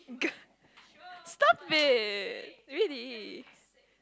stop it really